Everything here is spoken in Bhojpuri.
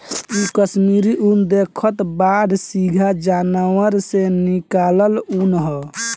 इ कश्मीरी उन देखतऽ बाड़ऽ सीधा जानवर से निकालल ऊँन ह